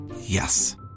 Yes